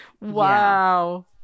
wow